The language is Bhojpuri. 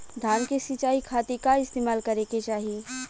धान के सिंचाई खाती का इस्तेमाल करे के चाही?